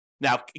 Now